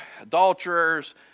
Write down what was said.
adulterers